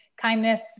kindness